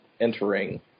entering